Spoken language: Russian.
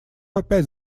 опять